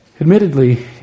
Admittedly